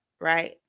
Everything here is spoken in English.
right